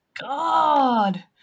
God